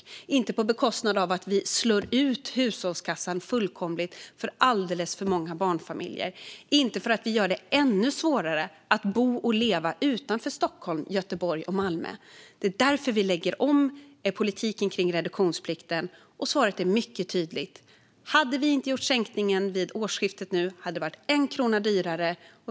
Det får inte ske på bekostnad av att vi slår ut hushållskassan fullkomligt för alldeles för många barnfamiljer. Vi får inte göra det ännu svårare att bo och leva utanför Stockholm, Göteborg och Malmö. Därför lägger vi politiken när det gäller reduktionsplikten, och svaret är mycket tydligt: Hade vi inte gjort sänkningen vid årsskiftet hade det varit 1 krona dyrare.